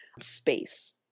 space